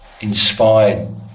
inspired